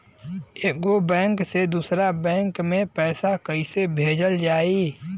एगो बैक से दूसरा बैक मे पैसा कइसे भेजल जाई?